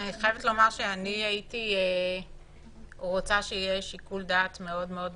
אני רוצה שיהיה שיקול דעת מאוד מאוד נרחב,